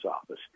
office